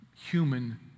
human